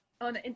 on